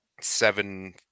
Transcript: seven